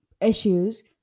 issues